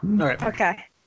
Okay